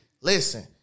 listen